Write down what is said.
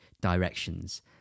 directions